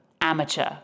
amateur